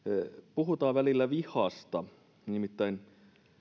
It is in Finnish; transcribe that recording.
puhutaan välillä vihasta nimittäin